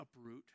uproot